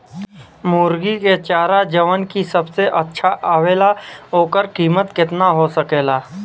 मुर्गी के चारा जवन की सबसे अच्छा आवेला ओकर कीमत केतना हो सकेला?